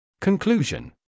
Conclusion